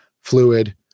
fluid